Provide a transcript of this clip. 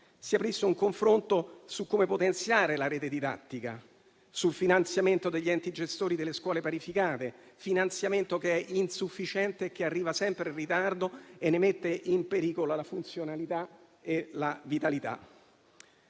si aprisse un confronto su come potenziare la rete didattica e sul finanziamento degli enti gestori delle scuole parificate, che è insufficiente e arriva sempre in ritardo, mettendone in pericolo la funzionalità e la vitalità.